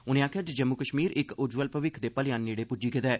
उनें आखेआ ऐ जे जम्मू कश्मीर इक उज्जवल भविक्ख दे भलेआं नेड़े प्ज्जी गेदा ऐ